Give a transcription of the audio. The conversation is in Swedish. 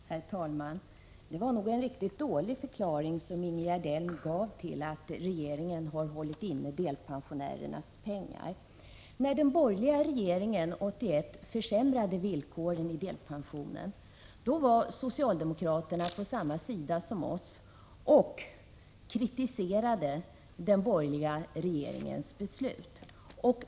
Herr talman! Det var en riktigt dålig förklaring som Ingegerd Elm gav till att regeringen har innehållit delpensionärernas pengar. När den borgerliga regeringen 1981 försämrade villkoren för delpensionen var socialdemokraterna på samma sida som vi och kritiserade den borgerliga regeringens beslut.